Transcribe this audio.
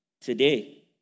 Today